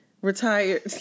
Retired